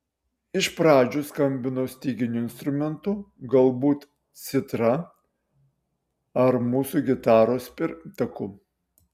iš pradžių skambino styginiu instrumentu galbūt citra ar mūsų gitaros pirmtaku